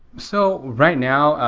so right now,